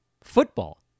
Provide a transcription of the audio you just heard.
football